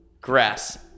grass